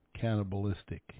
cannibalistic